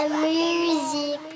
music